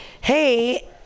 Hey